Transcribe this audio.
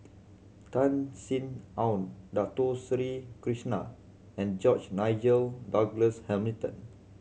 Tan Sin Aun Dato Sri Krishna and George Nigel Douglas Hamilton